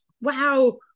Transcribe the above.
Wow